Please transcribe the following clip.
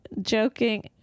joking